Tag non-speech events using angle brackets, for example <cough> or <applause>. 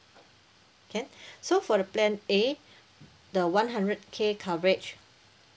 can <breath> so for the plan A the one hundred K coverage